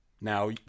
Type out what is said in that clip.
Now